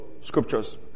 scriptures